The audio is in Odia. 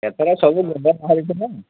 ଏଥର ସବୁ ଗୁଣ୍ଡ ଭରିଦବା